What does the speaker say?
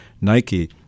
Nike